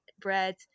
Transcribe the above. bread